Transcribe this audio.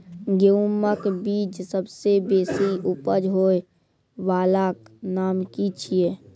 गेहूँमक बीज सबसे बेसी उपज होय वालाक नाम की छियै?